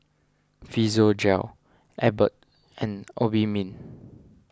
Physiogel Abbott and Obimin